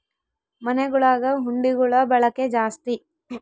ಮನೆಗುಳಗ ಹುಂಡಿಗುಳ ಬಳಕೆ ಜಾಸ್ತಿ